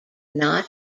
not